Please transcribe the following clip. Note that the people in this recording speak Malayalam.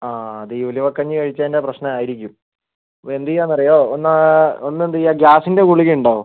ആ അത് ഈ ഉലുവക്കഞ്ഞി കഴിച്ചതിൻ്റെ പ്രശ്നം ആയിരിക്കും അപ്പോൾ എന്ത് ചെയ്യാമെന്ന് അറിയുമോ ഒന്ന് ആ ഒന്ന് എന്ത് ചെയ്യുക ഗ്യാസിൻ്റെ ഗുളിക ഉണ്ടോ